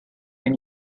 and